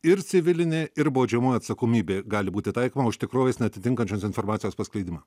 ir civilinė ir baudžiamoji atsakomybė gali būti taikoma už tikrovės neatitinkančios informacijos paskleidimą